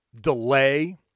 delay